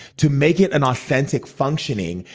to make it an authentic functioning,